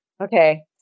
Okay